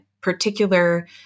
particular